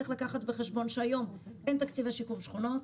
צריך להביא בחשבון שהיום אין תקציבי שיקום שכונות,